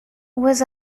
was